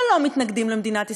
שלא מתנגדים למדינת ישראל,